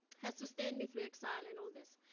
has sustained me through exile and all this.